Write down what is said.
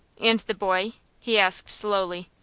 and the boy? he asked, slowly.